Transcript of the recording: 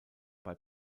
bei